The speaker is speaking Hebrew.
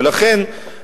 ולכן,